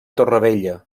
torrevella